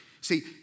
See